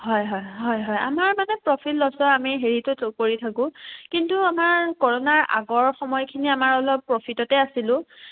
হয় হয় হয় হয় আমাৰ মানে প্ৰফিট লছৰ আমি হেৰিটো কৰি থাকোঁ কিন্তু আমাৰ কৰোনাৰ আগৰ সময়খিনি আমাৰ অলপ প্ৰফিটতে আছিলোঁ